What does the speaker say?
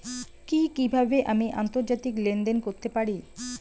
কি কিভাবে আমি আন্তর্জাতিক লেনদেন করতে পারি?